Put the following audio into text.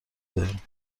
داریم